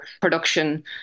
production